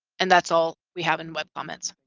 and that's all we have in web comments.